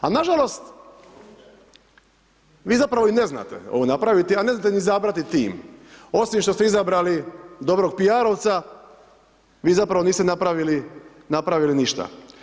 A nažalost, vi zapravo i ne znate ovo napraviti a ne znate ni izabrati tim osim što ste izabrali dobrog PR-ovca, vi zapravo niste napravili ništa.